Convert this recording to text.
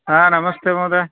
हा नमस्ते महोदय